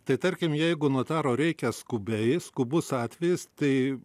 tai tarkim jeigu notaro reikia skubiai skubus atvejis tai